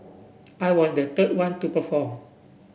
I was the third one to perform